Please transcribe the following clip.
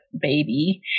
baby